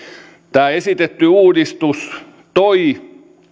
tämä esitetty uudistus toi